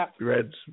Reds